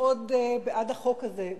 מאוד בעד החוק הזה.